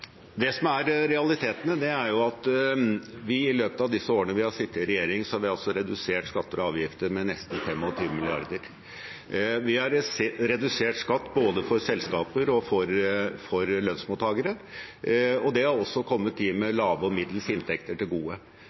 Det som er realiteten, er at vi i løpet av de årene vi har sittet i regjering, har redusert skatter og avgifter med nesten 25 mrd. kr. Vi har redusert skatt både for selskaper og for lønnsmottakere, og det har også kommet dem med lave og middels inntekter til gode.